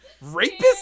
rapist